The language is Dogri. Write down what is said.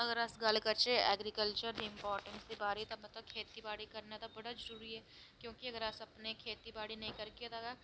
अगर अस गल्ल करचै एग्रीकल्चर दे इम्पोर्टेंस दे बारै च ते पता खेती बाड़ी करना ते बड़ा जरूरी ऐ क्योंकि अस अगर अपनी खेती बाड़ी नेईं करगे तां